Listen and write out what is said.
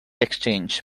exchange